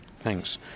Thanks